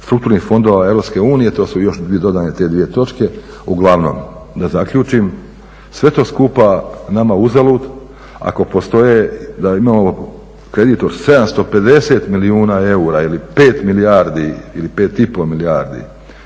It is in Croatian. strukturnih fondova EU. To su još dodane te dvije točke. Uglavnom da zaključim. Sve to skupa nama uzalud ako postoje da imamo kredit od 750 milijuna eura ili 5 milijardi ili 5 i pol milijardi